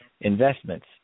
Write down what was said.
investments